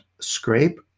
scrape